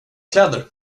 kläder